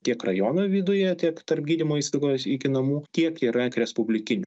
tiek rajono viduje tiek tarp gydymo įstaigos iki namų tiek yra respublikinių